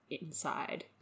Inside